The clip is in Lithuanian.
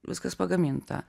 viskas pagaminta